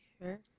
sure